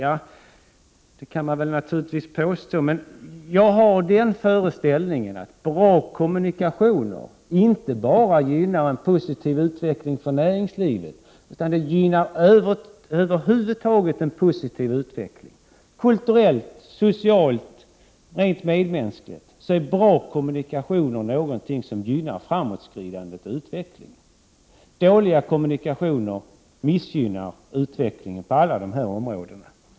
Ja, det kan man naturligtvis påstå, men jag har den föreställningen att bra kommunikationer inte bara gynnar en positiv utveckling för näringslivet, utan de gynnar över huvud taget en positiv utveckling. Kulturellt, socialt och rent medmänskligt är bra kommunikationer någonting som gynnar framåtskridandet och utvecklingen. Dåliga kommunikationer missgynnar utvecklingen på alla dessa områden.